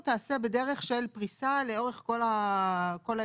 תיעשה בדרך של פריסה לאורך כל הימים.